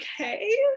okay